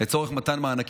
לצורך מתן מענקים.